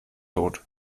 tot